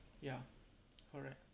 ya correct